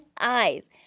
eyes